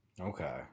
Okay